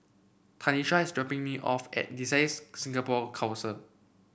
Tanisha is dropping me off at Designs Singapore Council